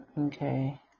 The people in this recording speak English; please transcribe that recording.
Okay